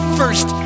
first